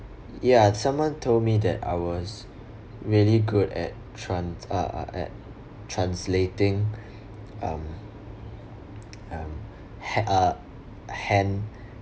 ya someone told me that I was really good at tran~ uh uh at translating um um ha~ uh hand